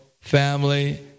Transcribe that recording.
family